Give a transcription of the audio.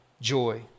joy